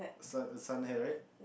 it's like a sun hat right